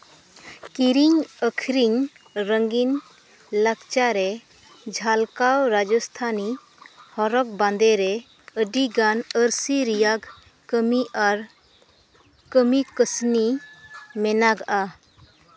ᱠᱤᱨᱤᱧ ᱟᱹᱠᱷᱨᱤᱧ ᱨᱚᱝᱜᱤᱱ ᱞᱟᱠᱪᱟᱨ ᱨᱮ ᱡᱷᱟᱞᱠᱟᱣᱟᱜ ᱨᱟᱡᱚᱥᱛᱷᱟᱱᱤ ᱦᱚᱨᱚᱜ ᱵᱟᱸᱫᱮ ᱨᱮ ᱟᱹᱰᱤᱜᱟᱱ ᱟᱹᱨᱥᱤ ᱨᱮᱭᱟᱜ ᱠᱟᱹᱢᱤ ᱟᱨ ᱠᱟᱹᱢᱤ ᱠᱟᱹᱥᱱᱤ ᱢᱮᱱᱟᱜᱼᱟ